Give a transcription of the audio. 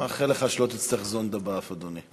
מאחל לך שלא תצטרך זונדה באף, אדוני.